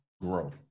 grow